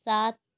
سات